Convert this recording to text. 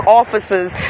officers